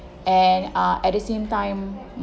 and uh at the same time